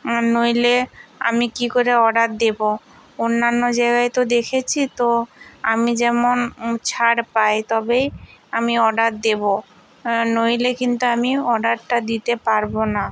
আর নইলে আমি কী করে অর্ডার দেব অন্যান্য জায়গায় তো দেখেছি তো আমি যেমন ও ছাড় পায় তবেই আমি অর্ডার দেব নইলে কিন্তু আমি অর্ডারটা দিতে পারব না